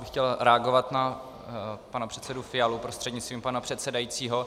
Chtěl bych reagovat na pana předsedu Fialu prostřednictvím pana předsedajícího.